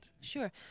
Sure